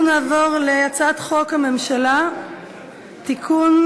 אנחנו נעבור להצעת חוק הממשלה (תיקון,